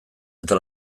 eta